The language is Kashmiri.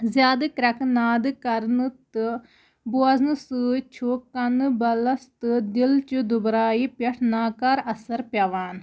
زیادٕ کَرٮ۪کہٕ نادٕ کَرنہٕ تہٕ بوزنہٕ سۭتۍ چھُ کَنہٕ بَلَس تہٕ دِلچہِ دُبرایہِ پٮ۪ٹھ ناکار اَثر پیٚوان